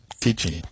teaching